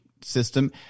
system